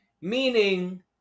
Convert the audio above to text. Meaning